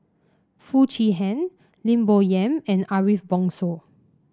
Foo Chee Han Lim Bo Yam and Ariff Bongso